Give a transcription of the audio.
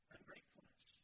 Ungratefulness